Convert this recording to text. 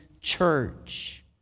church